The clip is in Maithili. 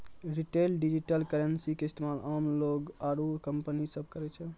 रिटेल डिजिटल करेंसी के इस्तेमाल आम लोग आरू कंपनी सब करै छै